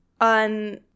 on